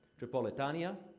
tripolitania,